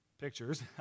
pictures